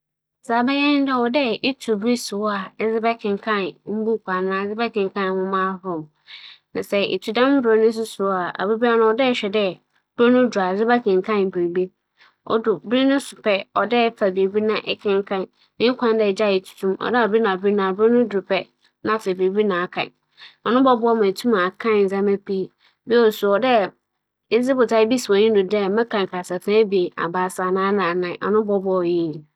Sɛ me nyɛnko bi rohwehwɛ dɛ obotum akenkan mbuukuu ahorow na mbom onnya ber a ͻdze bɛyɛ a, mosusu akyerɛ no dɛ ͻwͻ dɛ ogyaa dɛ ͻdze n'enyi bu na ͻka no traa dɛ onnkenya ber dze ayɛ na mbom ͻwͻ dɛ ͻtsena ase na ͻhyehyɛ dabiara da ase a ͻbɛyɛ wͻ mu na sɛ sema enum mpo na ͻdze bɛma buukuu akenkan a, megye dzi dɛ ntaa ma bosoom nkͻ n'ewiei anaa afe nkͻ ewiei no nna w'akenkan buukuu ahorow pii.